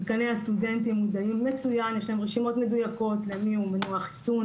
וכנראה הסטודנטים מודעים מצוין יש להם רשימות מדויקות מי הוא מנוע חיסון